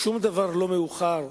שום דבר לא מאוחר,